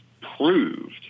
proved